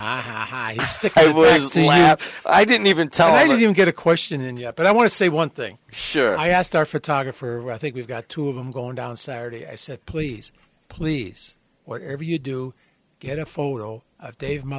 hi i didn't even tell him get a question in yet but i want to say one thing sure i asked our photographer i think we've got two of them going down saturday i said please please whatever you do get a photo dave m